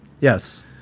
Yes